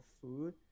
food